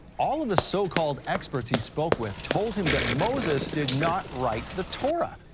all of the so called experts he spoke with told him that moses did not write the torah,